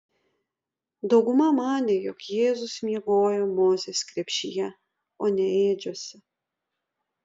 dauguma manė jog jėzus miegojo mozės krepšyje o ne ėdžiose